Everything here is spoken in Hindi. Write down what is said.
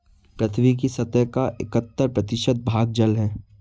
पृथ्वी की सतह का इकहत्तर प्रतिशत भाग जल है